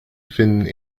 finden